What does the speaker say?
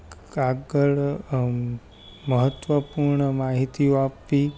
કાગળ મહત્વપૂર્ણ માહિતીઓ આપવી